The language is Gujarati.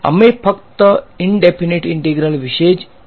અમે ફક્ત ઈંડેફીનેટ ઈંટેગ્રલ વિશે જ વાત કરી રહ્યા છીએ